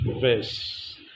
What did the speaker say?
verse